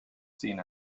seen